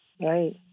Right